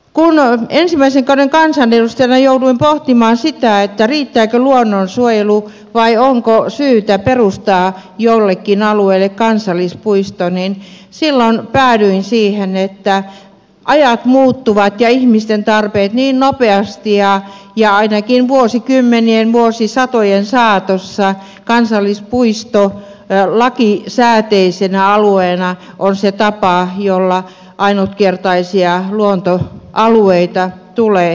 kun ensimmäisen kauden kansanedustajana jouduin pohtimaan sitä riittääkö luonnonsuojelu vai onko syytä perustaa jollekin alueelle kansallispuisto niin silloin päädyin siihen että ajat ja ihmisten tarpeet muuttuvat niin nopeasti ja ainakin vuosikymmenien vuosisatojen saatossa kansallispuisto lakisääteisenä alueena on se tapa jolla ainutkertaisia luontoalueita tulee suojella